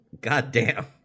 Goddamn